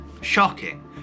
Shocking